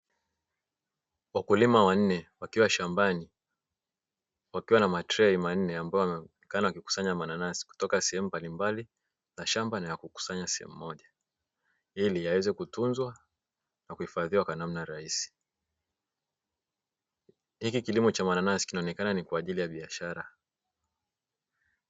Wakulima wanne wakiwa shambani, wakiwa na matrei manne ambayo wamekuwa wakikusanya mananasi kutoka sehemu mbalimbali na shamba na ya kukusanya sehemu moja. Ili yaweze kutunzwa na kuhifadhiwa kwa namna rahisi. Hiki kilimo cha mananasi kinaonekana ni kwa ajili ya biashara.